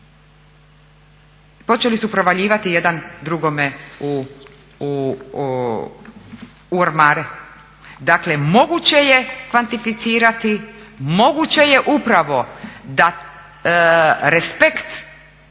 Počeli su provaljivati jedan drugome u ormare. Dakle moguće je kvantificirati, moguće je upravo da respekt